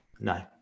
No